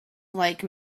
like